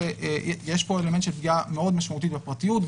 יש פה אלמנט של פגיעה מאוד משמעותית בפרטיות.